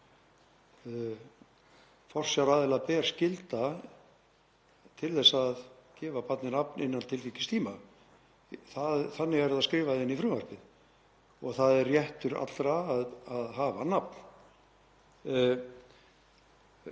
þá ber forsjáraðila skylda til þess að gefa barni nafn innan tiltekins tíma. Þannig er það skrifað inn í frumvarpið. Það er réttur allra að hafa nafn.